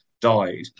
died